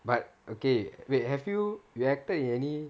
but okay wait have you you acted in any